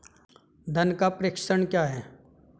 धन का प्रेषण क्या है?